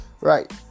right